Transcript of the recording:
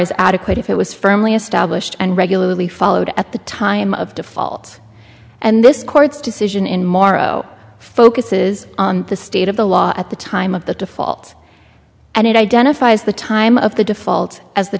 is adequate if it was firmly established and regularly followed at the time of default and this court's decision in morrow focuses on the state of the law at the time of the default and it identifies the time of the default as the